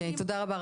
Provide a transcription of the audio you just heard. אוקי, תודה רבה.